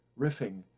riffing